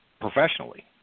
professionally